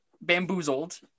Bamboozled